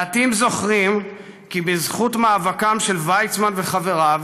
מעטים זוכרים כי בזכות מאבקם של ויצמן וחבריו